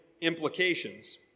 implications